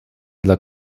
dla